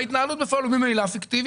בהתנהלות בפועל הוא ממילא פיקטיבי.